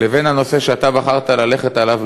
לבין הנושא שאתה בחרת ללכת עליו,